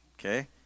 Okay